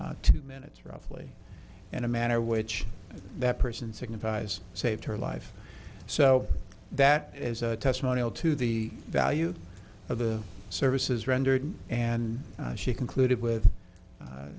n two minutes roughly in a manner which that person signifies saved her life so that is a testimonial to the value of the services rendered and she concluded with